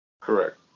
Correct